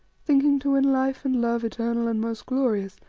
thinking to win life and love eternal and most glorious,